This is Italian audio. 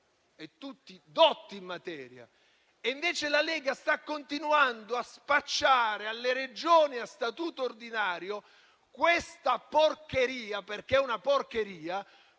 e tutti dotti in materia. Invece la Lega sta continuando a spacciare alle Regioni a statuto ordinario questa porcheria - perché è una porcheria